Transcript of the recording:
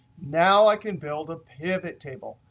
now i can build a pivot table.